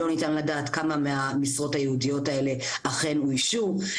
לא ניתן לדעת כמה מהמשרות הייעודיות האלה אכן אוישו,